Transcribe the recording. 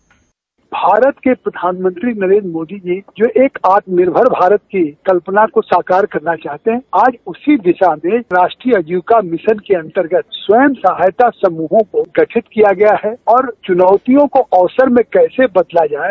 bite Bharat के प्रधानमंत्री नरेन्द्र मोदी जी जो एक आत्मनिर्भर भारत की कल्पना को साकार करना चाहते है आज उसी दिशा में राष्ट्रीय आजीविका मिशन के अन्तर्गत स्वयं सहायता समूहों को गठित किया गया है और चुनौतियों को अवसर में कैसे बदला जाये